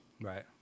Right